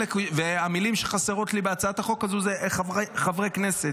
והמילים שחסרות לי בהצעת החוק הזו הן "חברי כנסת".